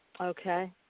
Okay